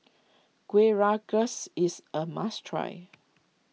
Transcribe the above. Kueh Rengas is a must try